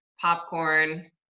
popcorn